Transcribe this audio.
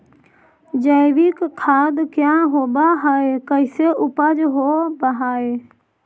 जैविक खाद क्या होब हाय कैसे उपज हो ब्हाय?